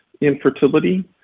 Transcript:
infertility